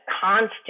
constant